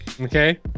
okay